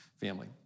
family